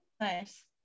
Nice